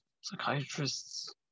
psychiatrists